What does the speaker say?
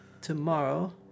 tomorrow